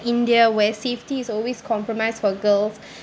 india where safety is always compromised for girls